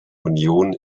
union